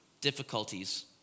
difficulties